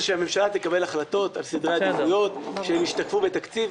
זה שהממשלה תקבל החלטות על סדרי עדיפויות שהן השתקפו בתקציב.